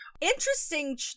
Interesting